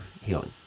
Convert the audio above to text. healing